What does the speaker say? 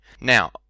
Now